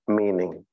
meaning